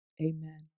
Amen